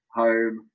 home